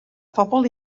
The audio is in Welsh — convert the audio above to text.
phobl